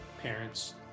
parents